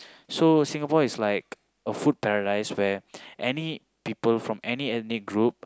so Singapore is like a food paradise where any people from any ethnic group